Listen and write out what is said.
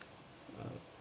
uh